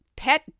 pet